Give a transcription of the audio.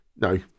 No